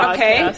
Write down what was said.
Okay